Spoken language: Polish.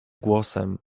głosem